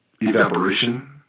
evaporation